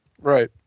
Right